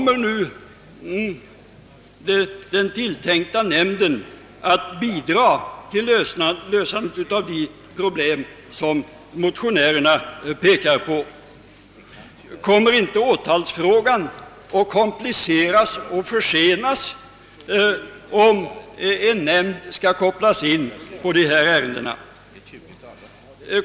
Men kommer den tilltänkta nämnden att bidra till lösandet av de problem som motionärerna tagit upp? Kommer inte åtalsfrågan att kompliceras och försenas, om en nämnd skall kopplas in på dessa ärenden?